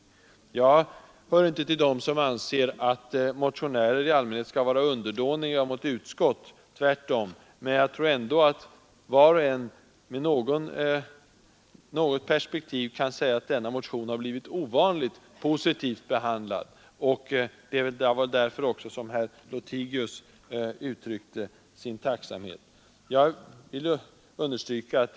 Jag hör inte till dem som anser att motionärer i allmänhet skall vara underdåniga mot utskott, tvärtom. Men jag tror ändå att var Nr 153 och ng med något perspektiv kan hålla med am att denga motion Tisdagen den har blivit ovanligt positivt behandlad, och det var väl också därför herr 11 december 1973 Lothigius uttryckte sin tacksamhet.